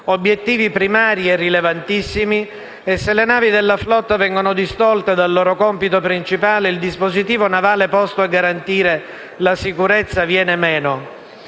Obiettivi primari e rilevantissimi, e se le navi della flotta vengono distolte dal loro compito principale, il dispositivo navale posto a garantire la sicurezza viene meno.